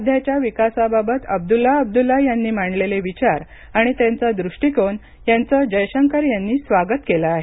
सध्याच्या विकासाबाबत अब्दुल्ला अब्दुल्ला यांनी मांडलेले विचार आणि त्यांचा दृष्टीकोन यांचं जयशंकर यांनी स्वागत केलं आहे